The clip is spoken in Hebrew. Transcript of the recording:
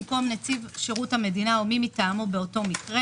במקום נציב שירות המדינה או מי מטעמו באותו מקרה